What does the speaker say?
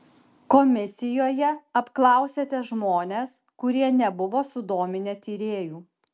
komisijoje apklausėte žmones kurie nebuvo sudominę tyrėjų